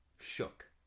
shook